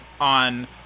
on